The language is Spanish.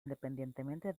independientemente